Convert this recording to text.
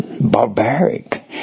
barbaric